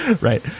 Right